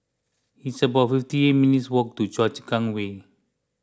it's about fifty eight minutes' walk to Choa Chu Kang Way